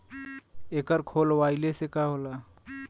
एकर खोलवाइले से का होला?